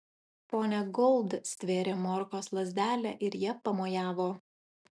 ponia gold stvėrė morkos lazdelę ir ja pamojavo